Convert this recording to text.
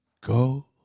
Go